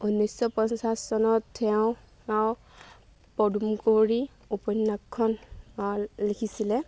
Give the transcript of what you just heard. ঊনৈছশ পঞ্চাছ চনত তেওঁ তেওঁ পদুম কোঁৱৰী উপন্যাসখন লিখিছিলে